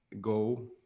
Go